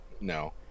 no